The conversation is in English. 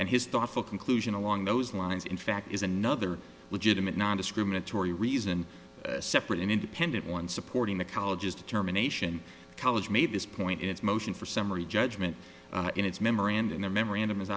and his thoughtful conclusion along those lines in fact is another legitimate nondiscriminatory reason separate and independent one supporting the college's determination college made this point in its motion for summary judgment in its memorandum the memorandum